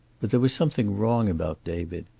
but there was something wrong about david.